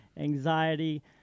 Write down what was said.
anxiety